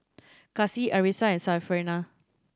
Kasih Arissa and Syarafina